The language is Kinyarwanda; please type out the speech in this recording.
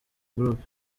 group